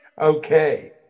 Okay